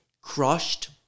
crushed